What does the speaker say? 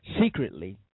secretly